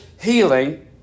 healing